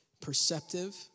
Perceptive